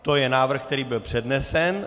To je návrh, který byl přednesen.